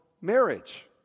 marriage